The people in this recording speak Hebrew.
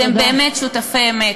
אתם באמת שותפי אמת.